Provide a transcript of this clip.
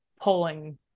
pulling